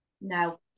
No